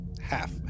Half